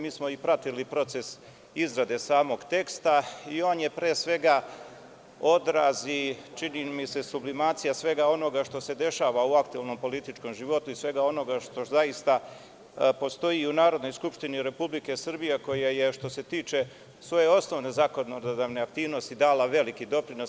Mi smo i pratili proces izrade samog teksta i on je, pre svega, odraz i čini mi se, sublimacija svega onoga što se dešava u aktuelnom političkom životu i svega onoga što zaista postoji i Narodnoj skupštini Republike Srbije, koja je, što se tiče svoje osnovne zakonodavne aktivnosti, dala veliki doprinos.